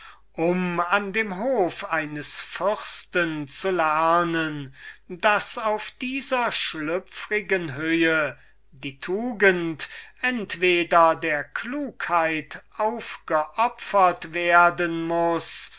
um an dem hof eines fürsten zu lernen daß auf dieser schlüpfrigen höhe die tugend entweder der klugheit aufgeopfert werden muß